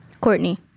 Courtney